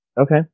Okay